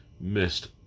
Missed